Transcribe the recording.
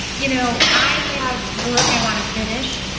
you know i have work i want to finish,